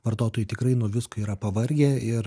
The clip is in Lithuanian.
vartotojai tikrai nuo visko yra pavargę ir